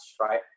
right